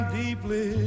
deeply